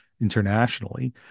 internationally